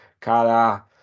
Cara